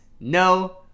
No